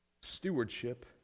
Stewardship